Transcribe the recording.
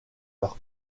leur